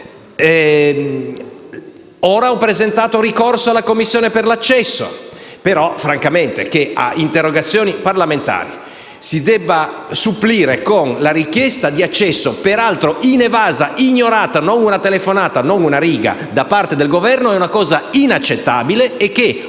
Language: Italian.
Ora ho presentato ricorso alla Commissione per l'accesso però, francamente, che a interrogazioni parlamentari si debba supplire con la richiesta di accesso, peraltro inevasa e ignorata (non una telefonata e non una riga da parte del Governo) è una cosa inaccettabile e che -